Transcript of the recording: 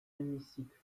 hémicycle